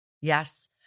Yes